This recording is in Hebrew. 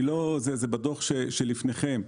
זה כתוב בדוח שלפניכם.